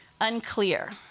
unclear